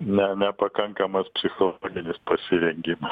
ne nepakankamas psichologinis pasirengimas